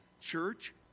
church